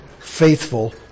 faithful